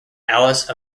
alice